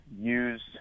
use